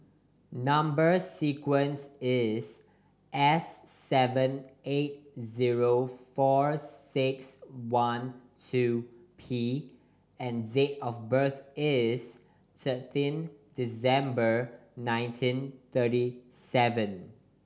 number sequence is S seven eight zero four six one two P and date of birth is thirteen December nineteen thirty seven